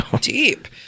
deep